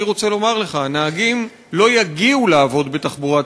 אני רוצה לומר לך: הנהגים לא יגיעו לעבוד בתחבורה הציבורית.